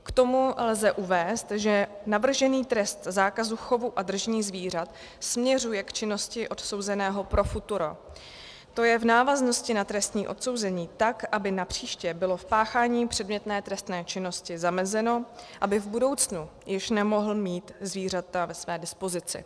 K tomu lze uvést, že navržený trest zákazu chovu a držení zvířat směřuje k činnosti odsouzeného pro futuro, to je v návaznosti na trestní odsouzení tak, aby napříště bylo páchání předmětné trestné činnosti zamezeno, aby v budoucnu již nemohl mít zvířata ve své dispozici.